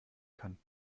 kann